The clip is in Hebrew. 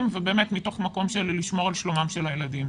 ובאמת מתוך מקום של לשמור על שלומם של הילדים.